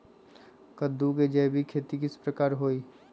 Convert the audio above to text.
कददु के जैविक खेती किस प्रकार से होई?